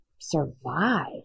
survive